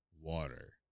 water